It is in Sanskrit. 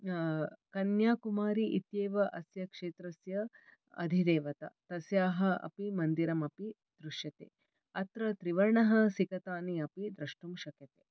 कन्याकुमारी इत्येव अस्य क्षत्रस्य अधिदेवता तस्याः अपि मन्दिरमपि दृश्यते अत्र त्रिवर्णः सिकतानि अपि द्रष्टुं शक्यते